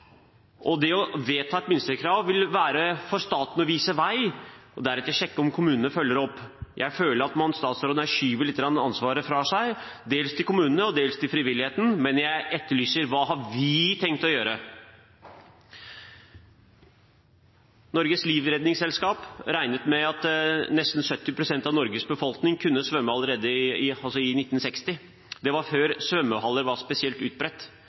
og det å vedta et minstekrav vil for staten være å vise vei og deretter sjekke om kommunene følger opp. Jeg føler at statsråden her skyver ansvaret litt fra seg, dels til kommunene, dels til frivilligheten, men det jeg etterlyser, er: Hva har vi tenkt å gjøre? Norges Livredningsselskap regnet allerede i 1960 med at nesten 70 pst. av Norges befolkning kunne svømme. Det var før svømmehaller var spesielt utbredt.